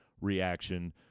reaction